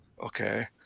Okay